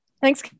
Thanks